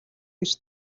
гэж